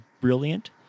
brilliant